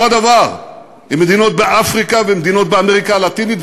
אותו הדבר עם מדינות באפריקה ומדינות באמריקה הלטינית,